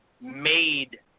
Made